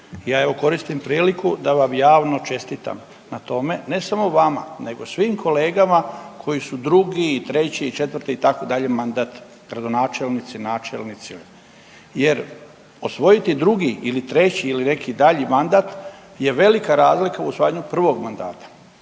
koristim priliku da vam javno čestitam na tome, ne samo vama nego svim kolegama koji su 2., 3., 4., itd., mandat gradonačelnici, načelnici jer osvojiti drugi ili treći ili neki dalji mandat je velika razlika u osvajanju prvog mandata.